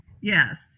Yes